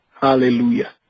hallelujah